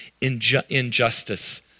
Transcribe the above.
injustice